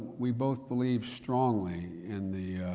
we both believe strongly in the,